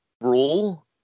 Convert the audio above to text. rule